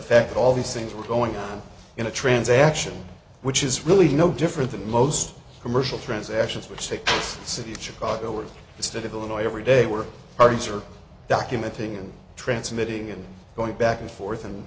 effect all these things were going on in a transaction which is really no different than most commercial transactions which the city of chicago or the state of illinois every day work parties are documenting and transmitting and going back and forth and